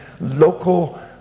local